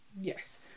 Yes